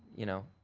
you know,